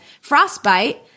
frostbite